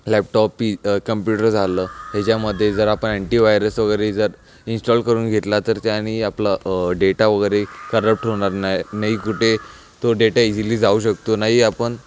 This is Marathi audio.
लॅपटॉप पी कम्प्युटर झालं ह्याच्यामध्ये जर आपण अँटिव्हायरस वगैरे जर इंस्टॉल करून घेतला तर त्यांनी आपला डेटा वगैरे करप्ट होणार नाही नाही कुठे तो डेटा एजिली जाऊ शकतो नाही आपण